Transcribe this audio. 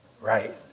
Right